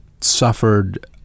suffered